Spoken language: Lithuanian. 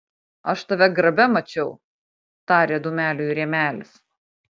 aš tave grabe mačiau tarė dūmeliui rėmelis